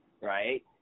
Right